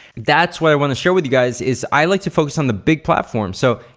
that's what i wanna share with you guys is i like to focus on the big platform. so,